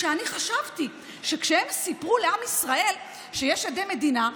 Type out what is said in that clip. שאני חשבתי שכשהם סיפרו לעם ישראל שיש עדי מדינה,